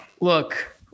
Look